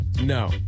No